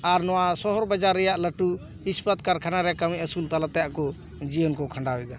ᱟᱨ ᱱᱚᱣᱟ ᱥᱚᱦᱚᱨ ᱵᱟᱡᱟᱨ ᱨᱮᱭᱟᱜ ᱞᱟᱴᱩ ᱤᱥᱯᱟᱛ ᱠᱟᱨᱠᱷᱟᱱᱟ ᱨᱮ ᱠᱟᱹᱢᱤ ᱟᱹᱥᱩᱞ ᱛᱟᱞᱟᱛᱮ ᱟᱠᱚ ᱡᱤᱭᱚᱱ ᱠᱚ ᱠᱷᱟᱸᱰᱟᱣ ᱮᱫᱟ